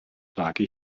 trage